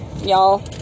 y'all